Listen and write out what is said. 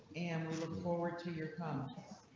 and we look forward to your kind of